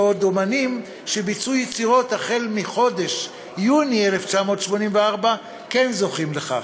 בעוד אמנים שביצעו יצירות החל מחודש יוני 1984 כן זוכים לכך?